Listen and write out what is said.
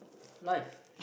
life